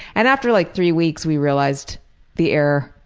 and after like three weeks we realized the error